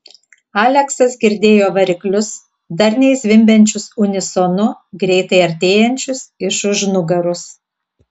aleksas girdėjo variklius darniai zvimbiančius unisonu greitai artėjančius iš už nugaros